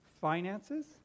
finances